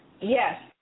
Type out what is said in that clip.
Yes